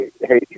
hey